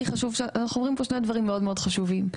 אנחנו אומרים פה שני דברים מאוד מאוד חשובים.